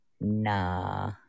Nah